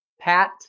pat